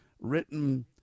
Written